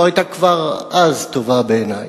שלא היתה כבר אז טובה בעיני,